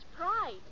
pride